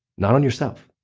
not on yourself.